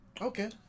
okay